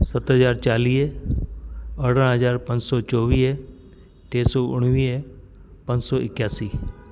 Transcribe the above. सत हज़ार चालीह अरिड़हं हज़ार पंज सौ चोवीह टे सौ उणिवीह पंज सौ एकासी